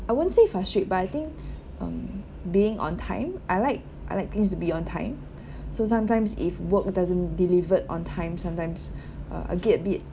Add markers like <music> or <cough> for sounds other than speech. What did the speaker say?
I won't say frustrate but I think <breath> um being on time I like I like things to be on time <breath> so sometimes if work doesn't delivered on time sometimes <breath> uh I get a bit